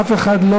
אף אחד.